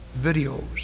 videos